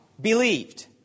believed